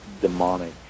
demonic